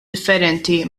differenti